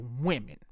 women